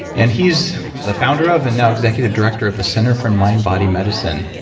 and he's a founder of and now executive director of the center for mind-body medicine,